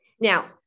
Now